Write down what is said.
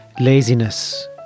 laziness